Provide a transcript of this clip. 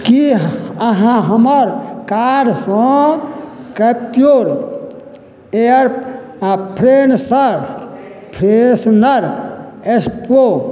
की अहाँ हमर कारसॅं कैपियौर एयर आ फ्रेंसर फ्रेशनर एस्पो